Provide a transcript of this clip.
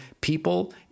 people